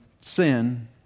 sin